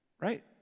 Right